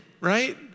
right